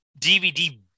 DVD